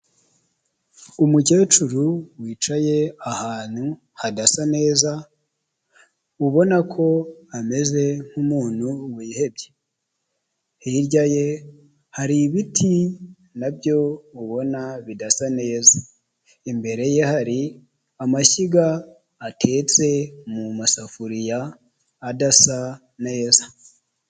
Umukecuru wicaye ahantu hadasa neza ubona ko ameze nk'umuntu wihebye hirya ye hari ibiti na byo ubona bidasa neza imbere ye hari amashyiga atetse mu masafuriya adasa neza.